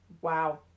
Wow